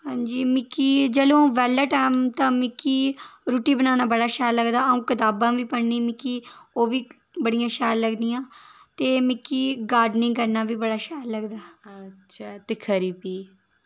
हां जी मिकी एह् जदूं बैह्ले टैम तां मिकी रुट्टी बनाना बड़ा शैल लगदा आ'ऊं कताबां बी पढ़नी मिकी ओह् बी बड़ियां शैल लगदियां ते मिगी गार्डनिंग करना बी बड़ा शैल लगदा अच्छा ते खरी फ्ही